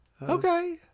Okay